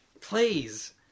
Please